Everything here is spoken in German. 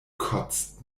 kotzt